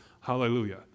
hallelujah